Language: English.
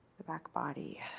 the back body.